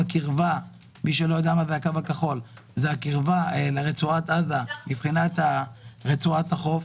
מבחינת הקרבה לרצועת עזה ברצועת החוף.